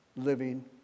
living